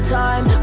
time